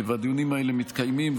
והדיונים האלה מתקיימים,